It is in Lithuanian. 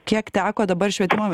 kiek teko dabar švietimo